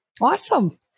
Awesome